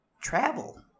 Travel